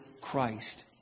Christ